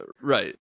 Right